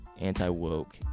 anti-woke